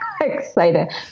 Excited